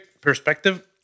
perspective